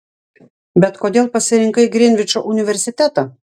bet kodėl pasirinkai grinvičo universitetą